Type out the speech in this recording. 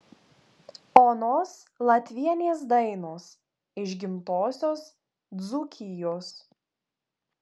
onos latvienės dainos iš gimtosios dzūkijos